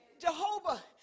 Jehovah